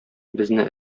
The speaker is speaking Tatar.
безне